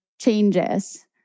changes